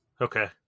Okay